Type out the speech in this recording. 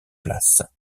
place